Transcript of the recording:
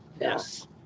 Yes